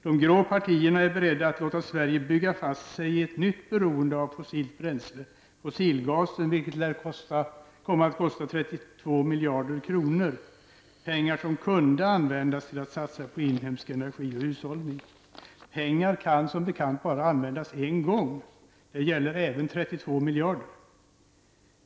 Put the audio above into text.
De grå partierna är beredda att låta Sverige bygga fast sig i ett nytt beroende av ett fossilt bränsle, fossilgasen, vilket lär komma att kosta 32 miljarder kronor. Pengar som kunde användas till att satsa på inhemsk energi och hushållning. Pengar kan som bekant bara användas en gång. Det gäller även 32 miljarder.